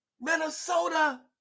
Minnesota